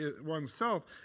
oneself